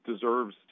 deserves